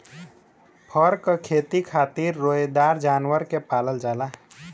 फर क खेती खातिर रोएदार जानवर के पालल जाला